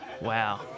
Wow